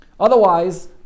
Otherwise